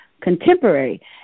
contemporary